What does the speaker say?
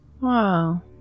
Wow